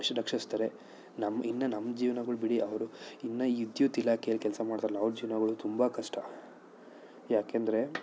ಸುರಕ್ಷಿಸ್ತಾರೆ ನಮ್ಮ ಇನ್ನು ನಮ್ಮ ಜೀವನಗಳು ಬಿಡಿ ಅವರು ಇನ್ನು ಈ ವಿದ್ಯುತ್ ಇಲಾಖೆಯಲ್ಲಿ ಕೆಲಸ ಮಾಡ್ತಾರಲ್ಲ ಅವ್ರ ಜೀವನಗಳು ತುಂಬ ಕಷ್ಟ ಯಾಕೆಂದ್ರೆ